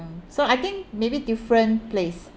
mm so I think maybe different place